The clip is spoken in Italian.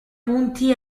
punti